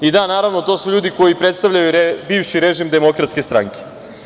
I da, naravno, to su ljudi koji predstavljaju bivše režim Demokratske stranke.